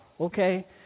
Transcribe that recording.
okay